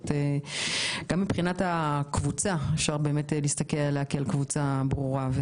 גם מבחינת הקבוצה אפשר להסתכל עליה כעל קבוצה ברורה.